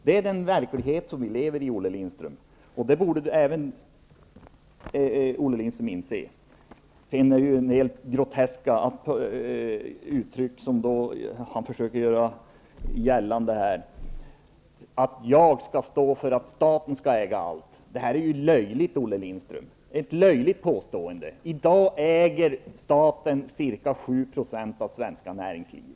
Det är den verklighet som vi lever i, och det borde även Olle Lindström inse. Sedan är det ju helt groteskt att han här försöker göra gällande att jag skulle stå för uppfattningen att staten skall äga allt. Det är ett löjligt påstående, Olle Lindström. I dag äger staten ca 7 av det svenska näringslivet.